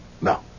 No